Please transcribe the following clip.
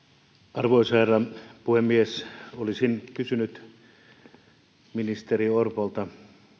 arvoisa herra puhemies olisin kysynyt ministeri orpolta